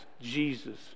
Jesus